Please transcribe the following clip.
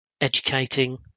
educating